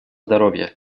здоровья